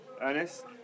Ernest